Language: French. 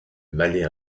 malais